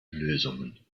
lösungen